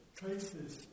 traces